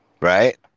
Right